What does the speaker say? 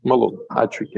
malonu ačiū iki